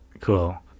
Cool